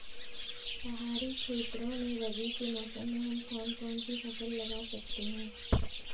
पहाड़ी क्षेत्रों में रबी के मौसम में हम कौन कौन सी फसल लगा सकते हैं?